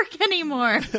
anymore